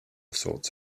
sorts